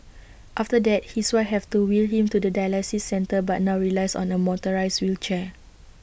after that his wife have to wheel him to the dialysis centre but now relies on A motorised wheelchair